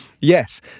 Yes